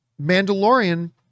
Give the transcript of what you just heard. Mandalorian